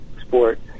sport